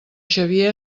xavier